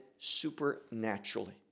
Supernaturally